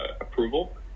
approval